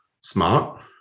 smart